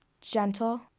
gentle